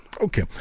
okay